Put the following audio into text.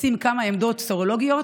לשים כמה עמדות סרולוגיות,